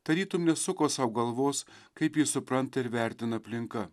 tarytum nesuko sau galvos kaip jį supranta ir vertina aplinka